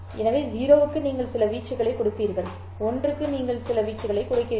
எனவே 0 க்கு நீங்கள் சில வீச்சுகளைக் கொடுப்பீர்கள் 1 க்கு நீங்கள் சில வீச்சுகளைக் கொடுக்கிறீர்கள்